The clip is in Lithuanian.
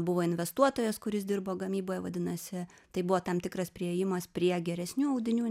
buvo investuotojas kuris dirbo gamyboje vadinasi tai buvo tam tikras priėjimas prie geresnių audinių